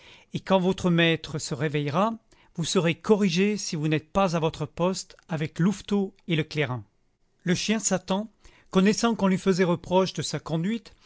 et quand votre maître se réveillera vous serez corrigé si vous n'êtes pas à votre poste avec louveteau et le clairin le chien satan connaissant qu'on lui faisait reproche de sa conduite